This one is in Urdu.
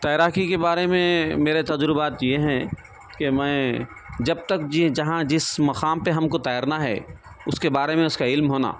تیراکی کے بارے میں میرے تجربات یہ ہیں کہ میں جب تک جی جہاں جس مقام پہ ہم کو تیرنا ہے اس کے بارے میں اس کا علم ہونا